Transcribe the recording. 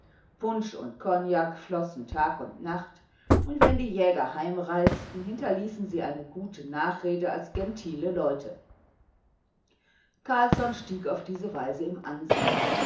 punsch und kognak flossen tag und nacht und wenn die jäger heimreisten hinterließen sie eine gute nachrede als gentile leute carlsson stieg auf diese weise im ansehen